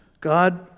God